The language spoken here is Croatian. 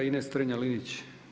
Ines Strenja-Linić.